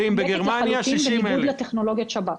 בניגוד לטכנולוגיה של השב"כ.